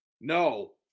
No